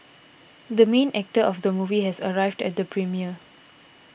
the main actor of the movie has arrived at the premiere